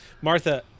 Martha